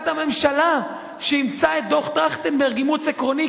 הממשלה שאימצה את דוח-טרכטנברג אימוץ עקרוני,